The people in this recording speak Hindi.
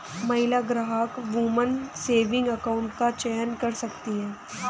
महिला ग्राहक वुमन सेविंग अकाउंट का चयन कर सकती है